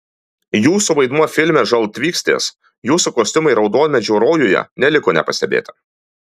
jūsų vaidmuo filme žaltvykslės jūsų kostiumai raudonmedžio rojuje neliko nepastebėti